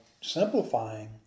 simplifying